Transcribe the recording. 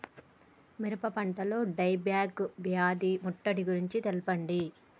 మిరప పంటలో dieback వ్యాధి ముట్టడి గురించి తెల్పండి?